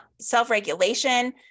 self-regulation